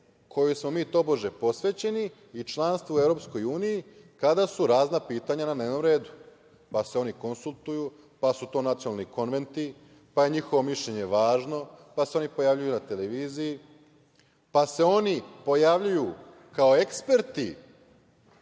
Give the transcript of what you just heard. kojoj smo mi tobože posvećeni i članstvo u EU kada su razna pitanja na dnevnom redu, pa se oni konsultuju, pa su to nacionalni konventi, pa je njihovo mišljenje važno, pa se oni pojavljuju na televiziji, pa se oni pojavljuju kao eksperti